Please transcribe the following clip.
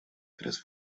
tras